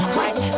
right